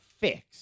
fixed